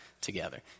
together